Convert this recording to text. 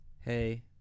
hey